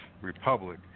republic